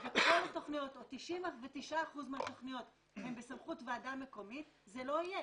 וכל התכניות הן בסמכות הוועדה המקומית זה לא יהיה,